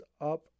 up